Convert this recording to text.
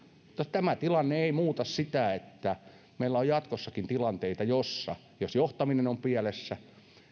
mutta tämä tilanne ei muuta sitä että meillä on jatkossakin tällaisia tilanteita jos johtaminen on pielessä